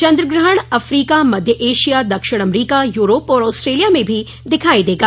चन्द्रग्रहण अफ्रीका मध्य एशिया दक्षिण अमरीका यूरोप और ऑस्ट्रेलिया में भी दिखाई देगा